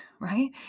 right